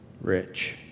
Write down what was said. rich